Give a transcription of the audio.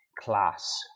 class